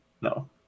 No